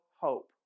hope